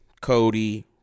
Cody